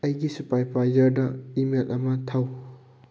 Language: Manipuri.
ꯑꯩꯒꯤ ꯁꯨꯄꯥꯏꯄꯥꯏꯖꯔꯗ ꯏꯃꯦꯜ ꯑꯃ ꯊꯥꯎ